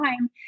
time